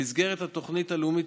במסגרת התוכנית הלאומית,